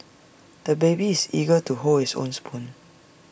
the baby is eager to hold his own spoon